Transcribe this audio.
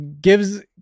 gives